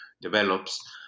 develops